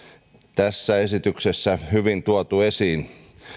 tässä esityksessä hyvin tuotu esiin